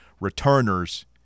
returners